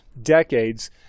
decades